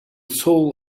soul